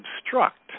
obstruct